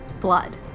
blood